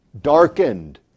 darkened